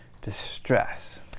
distress